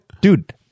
Dude